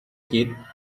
kid